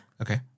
Okay